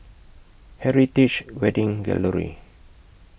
Heritage Wedding Gallery